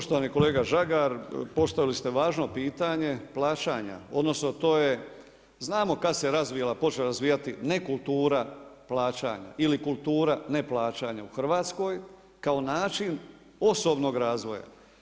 Poštovani kolega Žagar postavili ste važno pitanje plaćanja, odnosno to je, znamo kada se razvila, počela razvijati ne kultura plaćanja ili kultura ne plaćanja u Hrvatskoj kao način osobnog razvoja.